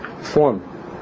form